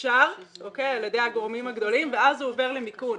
מאושר על ידי הגורמים הגדולים ואז הוא עובר למיכון.